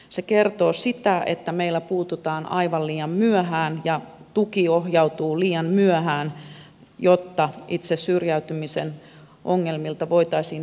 se kertoo siitä että meillä puututaan aivan liian myöhään ja tuki ohjautuu liian myöhään jotta itse syrjäytymisen ongelmilta voitaisiin välttyä